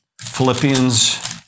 Philippians